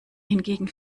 hingegen